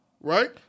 right